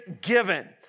given